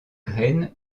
graines